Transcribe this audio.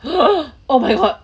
!huh! oh my god